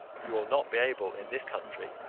you will not be able, in this country,